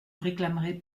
réclamerai